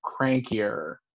crankier